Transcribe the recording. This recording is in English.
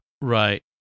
Right